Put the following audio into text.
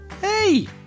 Hey